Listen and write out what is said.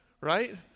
right